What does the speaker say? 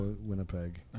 Winnipeg